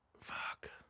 fuck